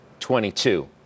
22